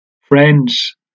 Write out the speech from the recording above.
Friends